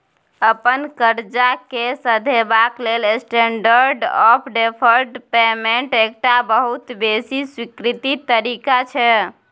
अपन करजा केँ सधेबाक लेल स्टेंडर्ड आँफ डेफर्ड पेमेंट एकटा बहुत बेसी स्वीकृत तरीका छै